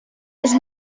his